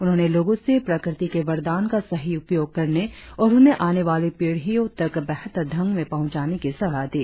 उन्होने लोगो से प्रकृति के वरदान का सही उपयोग करने और उन्हें आने वाले पीढ़ियों तक बेहतर ढंग में पहुचानें की सलाह दी